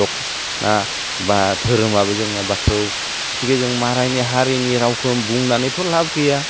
दखना बा दोहोरोमाबो जोंना बाथौ गथिखे जों मालायनि हारिनि रावखौ बुंनानैथ' लाब गैया